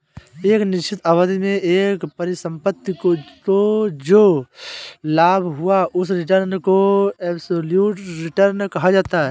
एक निश्चित अवधि में एक परिसंपत्ति को जो लाभ हुआ उस रिटर्न को एबसोल्यूट रिटर्न कहा जाता है